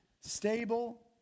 stable